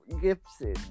Gibson